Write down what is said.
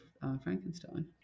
frankenstein